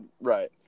Right